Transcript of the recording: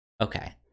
Okay